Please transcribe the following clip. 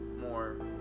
more